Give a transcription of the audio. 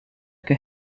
que